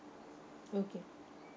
okay